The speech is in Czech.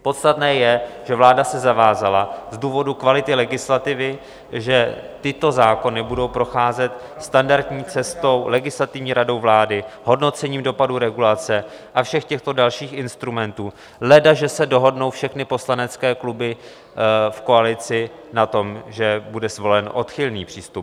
Podstatné je, že vláda se zavázala z důvodu kvality legislativy, že tyto zákony budou procházet standardní cestou Legislativní radou vlády, hodnocením dopadu regulace a všech těchto dalších instrumentů, ledaže se dohodnou všechny poslanecké kluby v koalici na tom, že bude zvolen odchylný přístup.